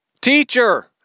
teacher